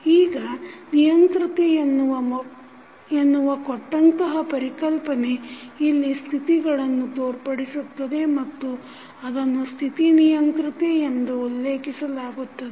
ಈಗ ನಿಯಂತ್ರತೆ ಎನ್ನುವ ಕೊಟ್ಟಂತಹ ಪರಿಕಲ್ಪನೆ ಇಲ್ಲಿ ಸ್ಥಿತಿಗಳನ್ನು ತೋರ್ಪಡಿಸುತ್ತದೆ ಮತ್ತು ಅದನ್ನು ಸ್ಥಿತಿ ನಿಯಂತ್ರತೆ ಎಂದು ಉಲ್ಲೇಖಿಸಲಾಗುತ್ತದೆ